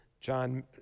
john